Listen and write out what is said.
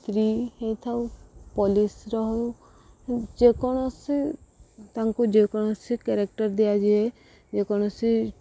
ସ୍ତ୍ରୀ ହୋଇଥାଉ ପୋଲିସ୍ର ହେଉ ଯେକୌଣସି ତାଙ୍କୁ ଯେକୌଣସି କେରେକ୍ଟର ଦିଆଯାଏ ଯେକୌଣସି